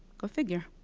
go figure.